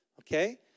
Okay